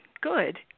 good